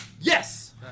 Yes